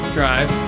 Drive